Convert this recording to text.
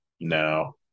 No